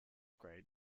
grade